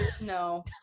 no